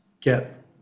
get